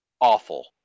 awful